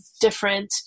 different